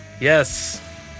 yes